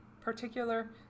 particular